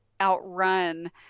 outrun